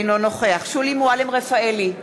אינו נוכח שולי מועלם-רפאלי,